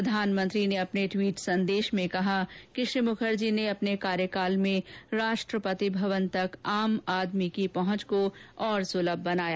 प्रधानमंत्री ने अपने ट्वीट संदेश में कहा कि श्री मुखर्जी ने अपने कार्यकाल में राष्ट्रपति भवन तक आम आदमी की पहुंच को और सुलभ बनाया